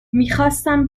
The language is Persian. میخواستم